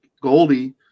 Goldie